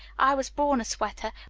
i was born a sweater,